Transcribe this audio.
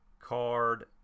card